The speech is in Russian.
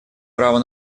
право